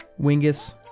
Wingus